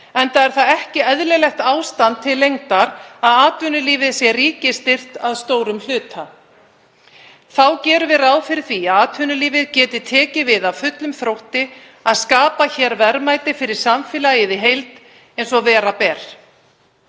enda er það ekki eðlilegt ástand til lengdar að atvinnulífið sé ríkisstyrkt að stórum hluta. Þá gerum við ráð fyrir því að atvinnulífið geti tekið við af fullum þrótti að skapa verðmæti fyrir samfélagið í heild eins og vera ber.